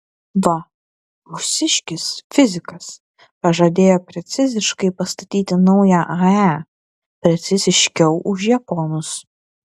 va mūsiškis fizikas pažadėjo preciziškai pastatyti naują ae preciziškiau už japonus